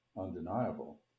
undeniable